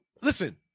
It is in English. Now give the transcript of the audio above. listen